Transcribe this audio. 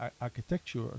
architecture